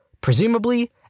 Presumably